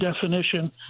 definition